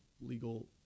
legal